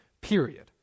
period